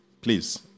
please